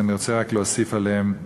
ואני רוצה רק להוסיף עליהם.